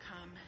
come